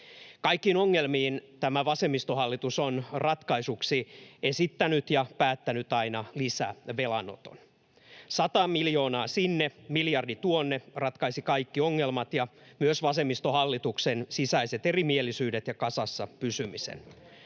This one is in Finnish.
Kaikkiin ongelmiin tämä vasemmistohallitus on ratkaisuksi esittänyt ja päättänyt aina lisävelanoton. Sata miljoonaa sinne, miljardi tuonne ratkaisi kaikki ongelmat ja myös vasemmistohallituksen sisäiset erimielisyydet ja kasassa pysymisen.